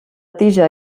tija